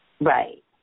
Right